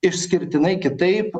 išskirtinai kitaip